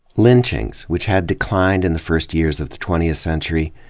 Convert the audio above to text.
lynchings, which had declined in the first years of the twentieth century,